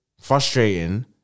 frustrating